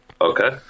Okay